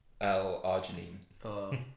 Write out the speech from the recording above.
L-Arginine